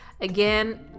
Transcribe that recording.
Again